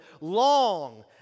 long